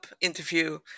interview